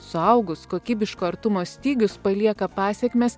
suaugus kokybiško artumo stygius palieka pasekmes